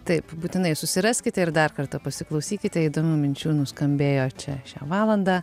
taip būtinai susiraskite ir dar kartą pasiklausykite įdomių minčių nuskambėjo čia šią valandą